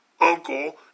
uncle